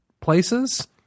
places